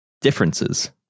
differences